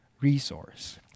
resource